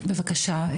בבקשה,